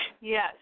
Yes